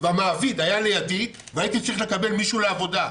והמעביד היה לידי והייתי צריך לקבל מישהו לעבודה,